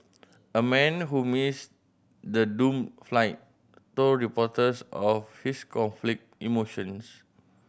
a man who missed the doomed flight told reporters of his conflict emotions